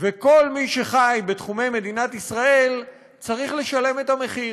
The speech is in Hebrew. וכל מי שחי בתחומי מדינת ישראל צריך לשלם את המחיר.